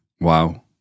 Wow